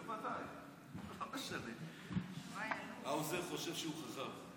לא משנה, האוזר חושב שהוא חכם.